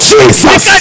Jesus